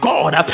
God